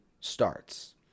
starts